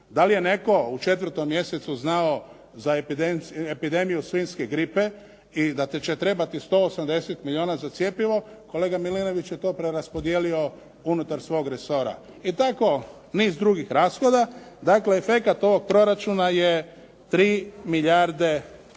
Da li je netko u 4. mjesecu znao za epidemiju svinjske gripe i da će trebati 180 milijuna za cjepivo? Kolega Milinović je to preraspodijelio unutar svog resora. I tako niz drugih rashoda. Dakle, efekat ovog proračuna je 3 milijarde